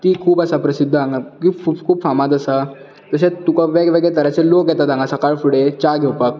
ती खूब आसा प्रसिद्द हांगा बीग फूट खूब फामाद आसा तशेंच तुका वेगवेगळ्या तरांचे लोक येतात हांगा सकाळ फुडें च्या घेवपाक